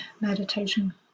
meditation